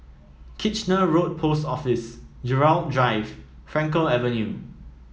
Kitchener Road Post Office Gerald Drive Frankel Avenue